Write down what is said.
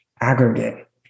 aggregate